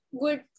good